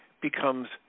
becomes